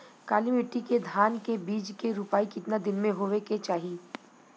काली मिट्टी के धान के बिज के रूपाई कितना दिन मे होवे के चाही?